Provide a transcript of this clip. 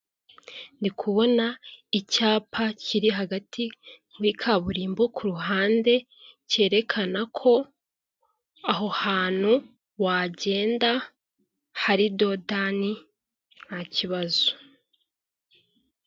Ndi kubona icyapa kiri hagati muri kaburimbo ku ruhande, cyerekana ko aho hantu wagenda hari dodani, nta kibazo.